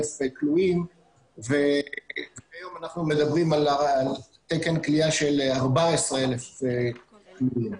כלואים והיום אנחנו מדברים על תקן כליאה של 14,000 כלואים.